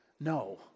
No